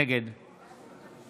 נגד